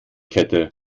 kette